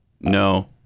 no